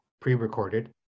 pre-recorded